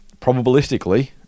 probabilistically